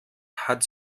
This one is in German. hat